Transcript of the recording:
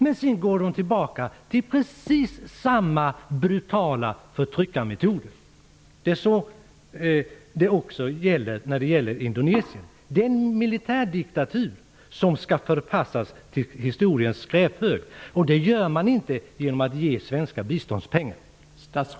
Men sedan går de tillbaka till precis samma brutala förtryckarmetoder som innan. Detta gäller också för Indonesien. Det är en militärdiktatur som skall förpassas till historiens skräphög. Det gör man inte genom att ge dem svenska biståndspengar.